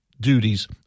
duties